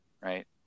Right